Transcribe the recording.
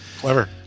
clever